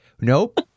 Nope